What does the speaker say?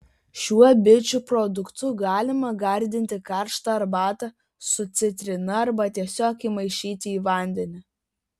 šiuo bičių produktu galima gardinti karštą arbatą su citrina arba tiesiog įmaišyti į vandenį